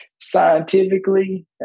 scientifically